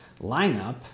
lineup